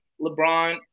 LeBron